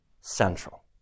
central